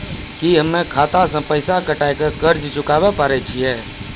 की हम्मय खाता से पैसा कटाई के कर्ज चुकाबै पारे छियै?